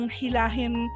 hilahin